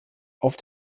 auf